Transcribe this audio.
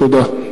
תודה.